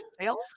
sales